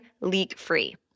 leak-free